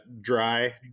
dry